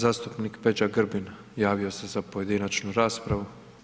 Zastupnik Peđa Grbin javio se za pojedinačnu raspravu.